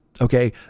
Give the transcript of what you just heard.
Okay